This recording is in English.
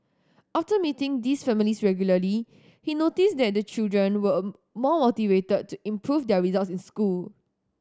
after meeting these families regularly he noticed that the children were more motivated to improve their results in school